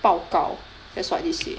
报告 that's what they say